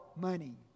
money